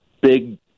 big